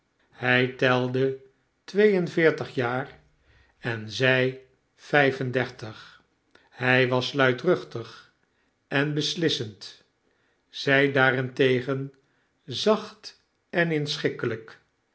hij telde twee en veertig jaar en zij vijf en dertig hij was luidruchtig en beslissend zij daarentegen zacht en